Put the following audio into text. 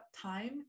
time